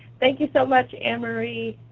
thank you so much, annemarie.